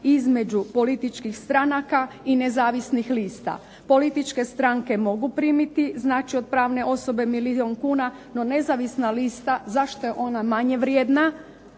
između političkih stranaka i nezavisnih lista. Političke stranke mogu primiti, znači od pravne osobe milijun kuna, no nezavisna lista zašto je ona manje vrijedna